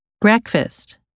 Breakfast